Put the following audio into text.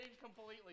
completely